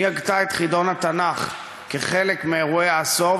היא הגתה את חידון התנ"ך כחלק מאירועי העשור,